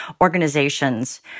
organizations